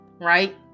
right